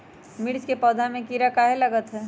मिर्च के पौधा में किरा कहे लगतहै?